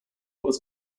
was